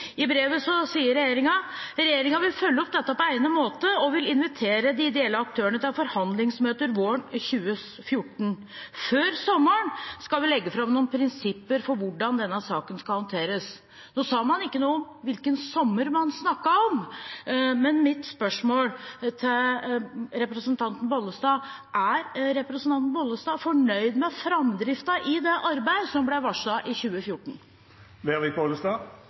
I brevet sier regjeringen at den vil følge opp dette på egnet måte, og vil invitere de ideelle aktørene til forhandlingsmøter våren 2014. Før sommeren skulle de legge fram noen prinsipper for hvordan denne saken skulle håndteres. Man sa ingenting om hvilken sommer man snakket om, men mitt spørsmål til representanten Bollestad er: Er hun fornøyd med framdriften i det arbeidet som ble varslet i